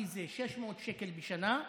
כי זה 600 שקל בשנה,